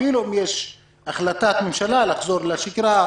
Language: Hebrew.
אפילו אם תהיה החלטת ממשלה לחזור לשגרה,